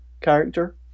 character